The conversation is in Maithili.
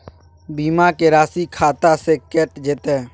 बीमा के राशि खाता से कैट जेतै?